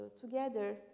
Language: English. together